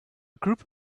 group